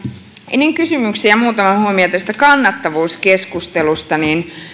ennen kysymyksiä muutama huomio tästä kannattavuuskeskustelusta